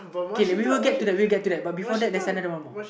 K let we will get to that we'll get to that but before that there is another one more